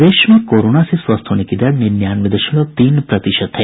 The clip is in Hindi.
प्रदेश में कोरोना से स्वस्थ होने की दर निन्यानवे दशमलव तीन प्रतिशत है